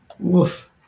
Woof